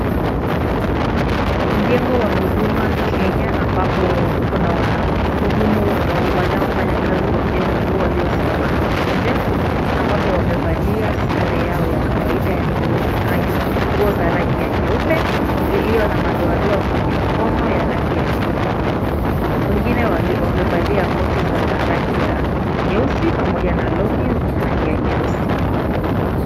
Mjengo wa huduma Kenya ambapo uko na wahudumu wanaofanya kazi kwa mjengo huo waliosimama hapo nje ambapo wamevalia sare yao ya kawaida ya nguo za rangi ya nyeupe iliyo na madoadoa kwenye mkono ya rangi ya nyekundu. Wengine wamevalia koti za rangi ya nyeusi pamoja na long'i ya rangi ya nyeusi.